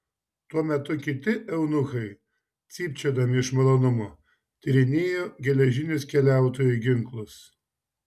tuo metu kiti eunuchai cypčiodami iš malonumo tyrinėjo geležinius keliautojų ginklus